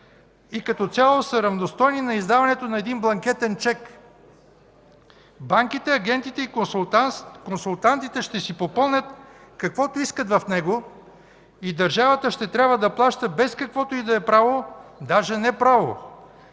и като цяло са равностойни на издаването на един бланкетен чек. Банките, агентите и консултантите ще си попълнят каквото искат в него и държавата ще трябва да плаща без каквото и да е право, а даже не право,